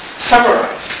summarize